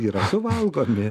yra suvalgomi